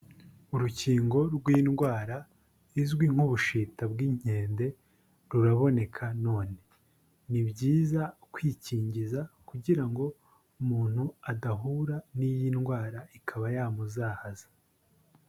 Urukingo rw'indwara izwi nk'ubushita bw'inkende, ruraboneka none. Ni byiza kwikingiza kugira ngo umuntu adahura n'iyi ndwara, ikaba yamuzahaza.